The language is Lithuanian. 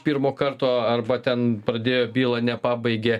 pirmo karto arba ten pradėjo bylą nepabaigė